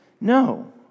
No